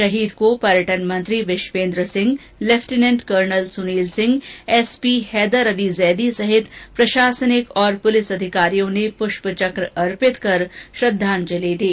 शहीद को पर्यटन मंत्री Vishvendra Singh lieutenant colonel Sunil Singh SP Haider Ali Zaidi सहित अन्य प्रशासनिक और पुलिस अधिकारियों ने पूष्प चक अर्पित कर श्रद्धांजलि दी